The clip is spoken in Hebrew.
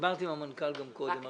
דיברתי עם המנכ"ל גם קודם.